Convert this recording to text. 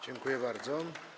Dziękuję bardzo.